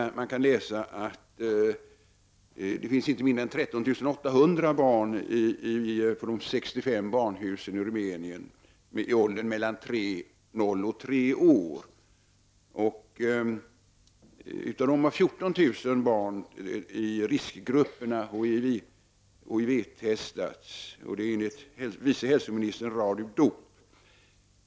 Där kan man läsa att det finns inte mindre än 13 800 barn i åldern 0-3 år på de 65 barnhusen i Rumänien. Av de barn som tillhör riskgrupperna har enligt vice hälsovårdsministern Radu Dop 14 000 HIV-testats.